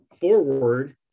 forward